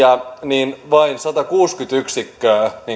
ja vain satakuusikymmentä yksikköä